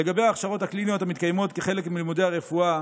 לגבי ההכשרות הקליניות המתקיימות כחלק מלימודי הרפואה